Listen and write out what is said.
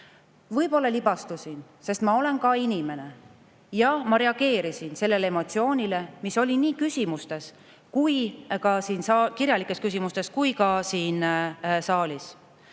Võib-olla libastusin, sest ma olen ka inimene. Jah, ma reageerisin sellele emotsioonile, mis oli nii kirjalikes küsimustes kui ka siin saalis.